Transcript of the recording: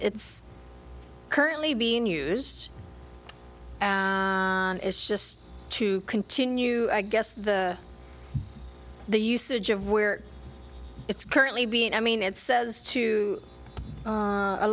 it's currently being used it's just to continue i guess the the usage of where it's currently being i mean it says to